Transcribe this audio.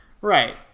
Right